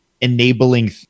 enabling